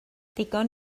digon